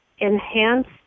enhance